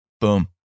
Boom